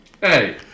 Hey